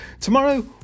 Tomorrow